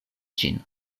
ĝin